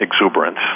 exuberance